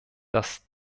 dass